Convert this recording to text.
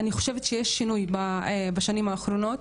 אני חושבת שיש שינוי בשנים האחרונות,